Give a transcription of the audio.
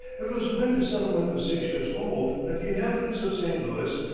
it was when the settlement was six years old that the inhabitants of st. louis,